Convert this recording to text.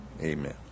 amen